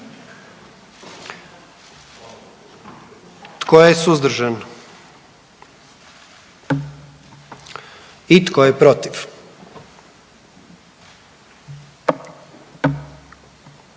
Tko je suzdržan? I tko je protiv?